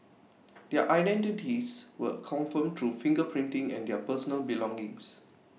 their identities were confirmed through finger printing and their personal belongings